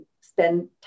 spend